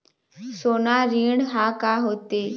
सोना ऋण हा का होते?